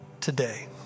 today